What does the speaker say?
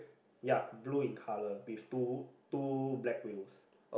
ya blue in colour with two two black wheels